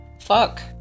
fuck